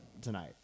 tonight